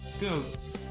Goats